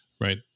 right